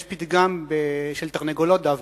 יש פתגם של תרנגולות, דווקא.